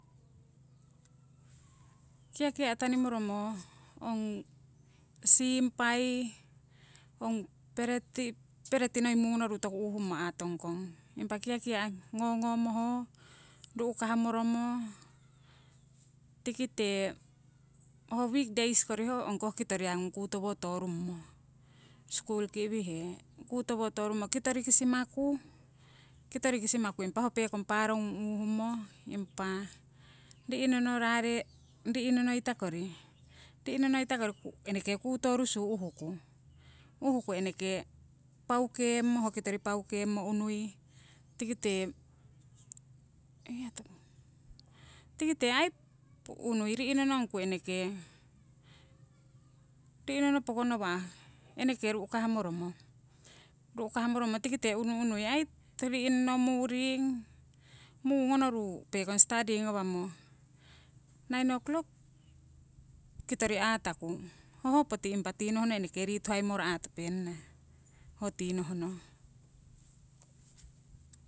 kiakia tanimoromo ong siimpai, ong pereti, pereti noi mungonoru toku uuhummo aatong kong, impa kiakia ngongomo ho, ru'kah moromo, tikite ho wik deis kori ho ong koh kitoriya ngung kutowo torummo skul ki iwihe. Kutowo torummo kitoriki simaku, kitoriki simaku impa ho pekong paaro ngung uuhummo, impa rinono, raare ri'nono noita kori eneke kutorusu uhuku. Uhuku eneke paukemmo ho kitori paukemmo unui tikite aii unui ri'nonongku eneke ri'nono pokonowa' eneke ru'kahmoromo, ru'kahmoromo tikite unu unui aii ri'nono, muring, mungonoru pekong study ngawamo, nine o'clock kitori aataku, hoho poti impa tinohno eneke ritunai moro atopenana, ho tinohno.